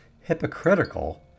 hypocritical